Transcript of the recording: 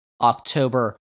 October